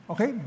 Okay